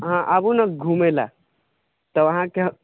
अहाँ आबू ने घुमे लए तब अहाँकेँ